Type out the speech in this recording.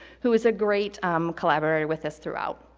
who was a great um collaborator with us throughout.